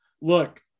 look